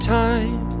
time